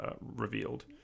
revealed